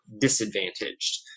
disadvantaged